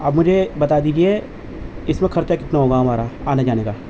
آپ مجھے بتا دیجیے اس میں خرچہ کتنا ہوگا ہمارا آنے جانے کا